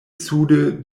sude